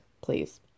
please